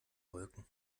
wolken